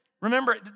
remember